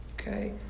okay